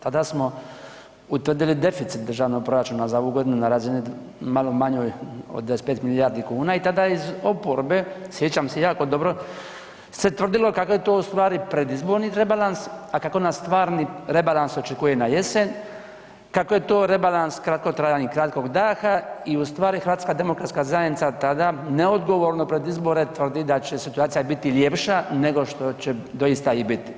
Tada smo utvrdili deficit državnog proračuna za ovu godinu na razini malo manjoj od 25 milijardi kuna i tada je iz oporbe, sjećam se jako dobro, se tvrdilo kako je to u stvari predizborni rebalans, a kako nas stvarni rebalans očekuje na jesen, kako je to rebalans kratkotrajan i kratkog daha i u stvari HDZ tada neodgovorno pred izbore tvrdi da će situacija biti ljepša nego što će doista i bit.